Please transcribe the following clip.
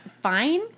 fine